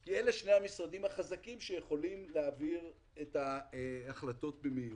כי אלה שני המשרדים החזקים שיכולים להעביר את ההחלטות במהירות.